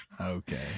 Okay